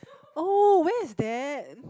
oh where is that